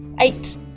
eight